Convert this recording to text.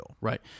right